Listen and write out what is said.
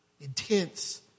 intense